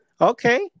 Okay